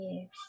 Yes